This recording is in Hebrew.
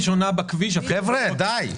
חבר'ה, די.